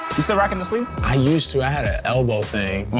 you still rockin' the sleeve? i used to. i had a elbow thing